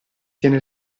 tiene